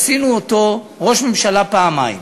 עשינו אותו ראש ממשלה פעמיים.